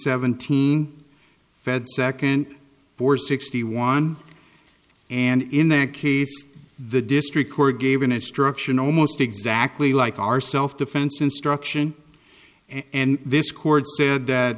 second for sixty one and in that case the district court gave an instruction almost exactly like our self defense instruction and this court said that